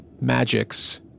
magics